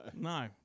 no